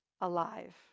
alive